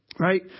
Right